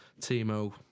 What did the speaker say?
Timo